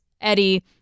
Eddie